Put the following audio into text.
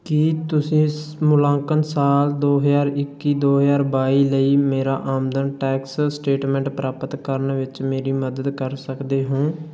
ਕੀ ਤੁਸੀਂ ਸ ਮੁਲਾਂਕਣ ਸਾਲ ਦੋ ਹਜ਼ਾਰ ਇੱਕੀ ਦੋ ਹਜ਼ਾਰ ਬਾਈ ਲਈ ਮੇਰਾ ਆਮਦਨ ਟੈਕਸ ਸਟੇਟਮੈਂਟ ਪ੍ਰਾਪਤ ਕਰਨ ਵਿੱਚ ਮੇਰੀ ਮਦਦ ਕਰ ਸਕਦੇ ਹੋ